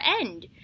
end